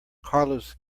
carlos